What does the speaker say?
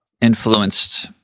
influenced